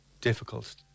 Difficult